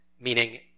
Meaning